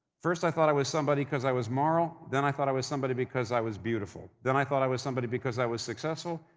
first, i thought i was somebody because i was moral, then i thought i was somebody because i was beautiful, then i thought i was somebody because i was successful,